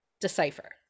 decipher